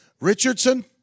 Richardson